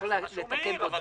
צריך בו דברים.